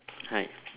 hi